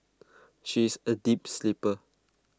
she is A deep sleeper